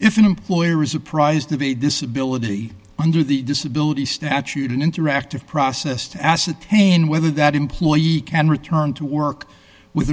if an employer is apprised of a disability under the disability statute an interactive process to ascertain whether that employee can return to work with